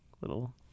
little